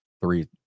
three